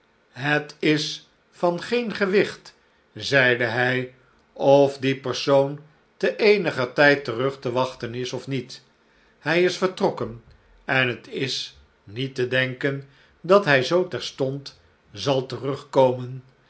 het is van geen gewicht zeide hij of die persoon te eeniger tijd terug te wachten is of niet hij is vertrokken en het is niet te denken dat hij zoo terstond zal terugkomen